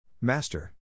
Master